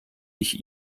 ich